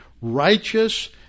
righteous